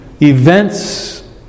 events